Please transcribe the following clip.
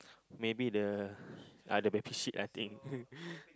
maybe the are the baby sheep I think